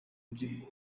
buryo